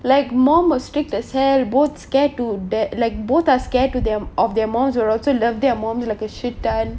like more mistake this hair both scared too that like both are scared to them of their moms are also love their moms like a shit ton